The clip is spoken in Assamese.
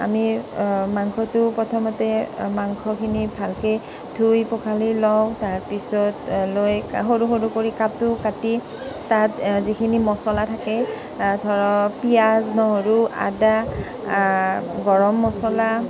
আমি মাংসটো প্ৰথমতে মাংসখিনি ভালকৈ ধুই পখালি লওঁ তাৰ পিছত লৈ সৰু সৰু কৰি কাঁটো কাঁটি তাত যিখিনি মছলা থাকে ধৰক পিঁয়াজ নহৰু আদা গৰম মছলা